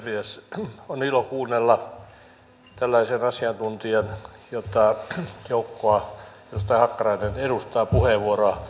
on ilo kuunnella tällaisen asiantuntijan jota joukkoa edustaja hakkarainen edustaa puheenvuoroa